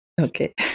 Okay